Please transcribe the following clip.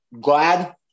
glad